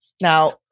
Now